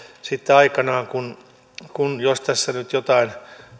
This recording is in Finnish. sitten aikanaan jos tässä nyt joitain